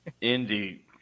Indeed